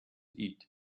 eat